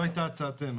זו הייתה הצעתנו.